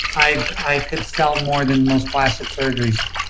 i could sell more than most plastic surgeries.